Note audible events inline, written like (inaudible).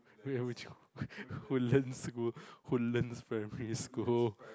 (laughs) yeah which woodlands school woodlands primary school